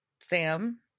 Sam